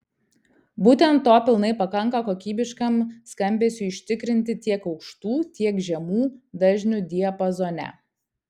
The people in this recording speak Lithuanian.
būtent to pilnai pakanka kokybiškam skambesiui užtikrinti tiek aukštų tiek žemų dažnių diapazone